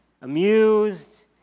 amused